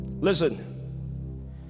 Listen